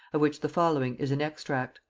of which the following is an extract.